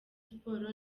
sports